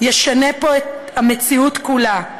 שישנה פה את המציאות כולה,